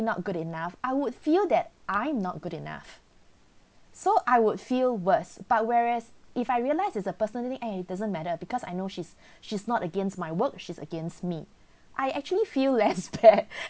not good enough I would feel that I'm not good enough so I would feel worse but where as if I realise is the personally eh it doesn't matter because I know she's she's not against my work she's against me I actually feel less